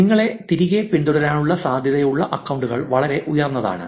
നിങ്ങളെ തിരികെ പിന്തുടരാനുള്ള സാധ്യതയുള്ള അക്കൌണ്ടുകൾ വളരെ ഉയർന്നതാണ്